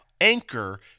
anchor